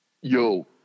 Yo